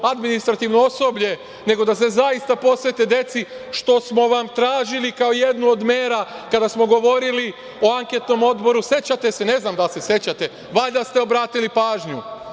administrativno osoblje, nego da se zaista posvete deci, što smo vam tražili kao jednu od mera kada smo govorili o anketnom odboru. Ne znam da li se sećate, valjda ste obratili pažnju,